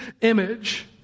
image